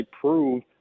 prove